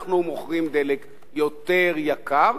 אנחנו מוכרים דלק יותר יקר,